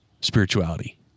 spirituality